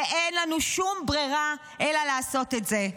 ואין לנו שום ברירה אלא לעשות את זה.